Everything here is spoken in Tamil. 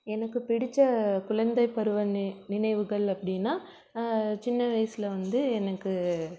எனக்கு பிடித்த குழந்தை பருவ நினைவுகள் அப்படின்னா சின்ன வயசில் வந்து எனக்கு